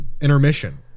intermission